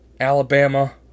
Alabama